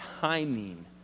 timing